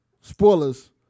Spoilers